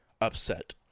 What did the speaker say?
upset